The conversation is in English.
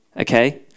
okay